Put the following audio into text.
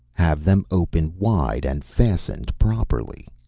have them open wide and fastened properly.